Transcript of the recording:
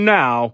now